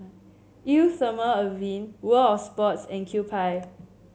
Eau Thermale Avene World Of Sports and Kewpie